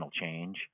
change